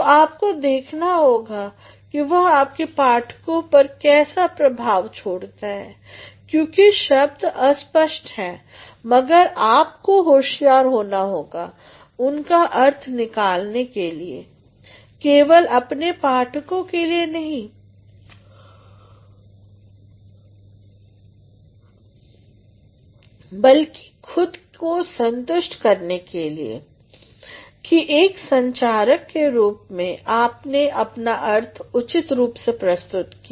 तो आपको देखना होगा कि वह आपके पाठकों पर कैसा प्रभाव छोड़ता है क्योंकि शब्द अस्पष्ट है मगर आपको होशियार होना होगा उनका अर्थ निकालने के लिए केवल अपने पाठकों के लिए नहीं बल्कि खुद की संतुष्टि के लिए कि एक संचारक के रूप में आपने अपना अर्थ उचित रूप से प्रस्तुत किया